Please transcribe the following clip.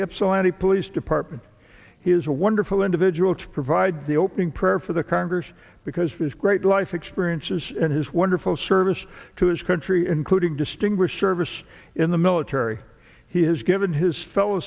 ypsilanti police department he is a wonderful individual to provide the opening prayer for the congress because of his great life experiences and his wonderful service to his country including distinguished service in the military he has given his fellow